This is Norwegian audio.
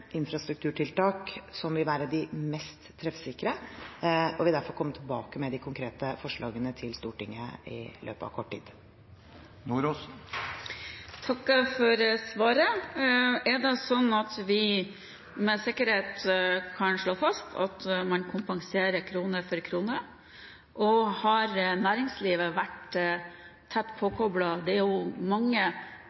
infrastrukturtiltak som vil være de mest treffsikre, og vil derfor komme tilbake til Stortinget med de konkrete forslagene i løpet av kort tid. Jeg takker for svaret. Er det slik at vi med sikkerhet kan slå fast at man kompenserer krone for krone? Har næringslivet vært tett